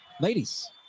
Ladies